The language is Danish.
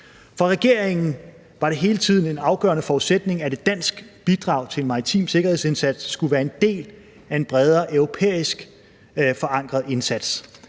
For regeringen var det hele tiden en afgørende forudsætning, at et dansk bidrag til en maritim sikkerhedsindsats skulle være en del af en bredere europæisk forankret indsats.